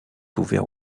ouverts